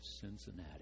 Cincinnati